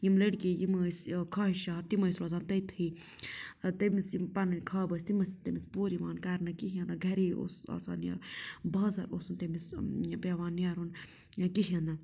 یِم لٔڑکِیے یِم ٲس خواہِشات تِم ٲسۍ روزان تٔتھٕے تٔمِس یِم پَنٕنۍ خاب ٲسۍ تِم ٲسۍ نہٕ تٔمِس پوٗرٕ یِوان کَرنہِ کِہیٖنۍ نہٕ گَرے اوسُس آسان نیرُن بازر اوس نہٕ تٔمِس پیٚوان نیرُن یا کِہیٖنۍ نہٕ